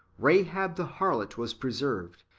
rahab the harlot was preserved,